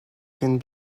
can